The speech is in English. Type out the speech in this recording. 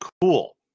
cool